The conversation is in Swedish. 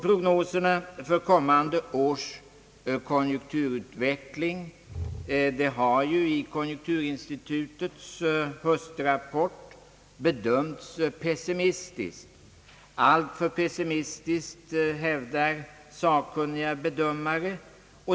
Prognoserna för kommande års konjunkturutveckling har ju i konjunkturinstitutets höstrapport bedömts pessimistiskt; alltför pessimistiskt hävdar sakkunniga bedömare.